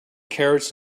carrots